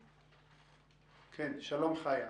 שלום, חיה.